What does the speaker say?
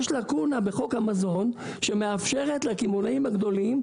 יש לקונה בחוק המזון שמאפשרת לקמעונאים הגדולים,